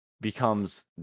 becomes